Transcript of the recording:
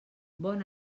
bon